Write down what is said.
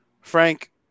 Frank